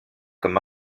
comme